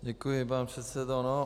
Děkuji, pane předsedo.